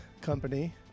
Company